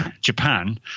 Japan